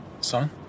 Son